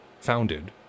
founded